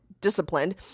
disciplined